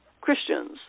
Christians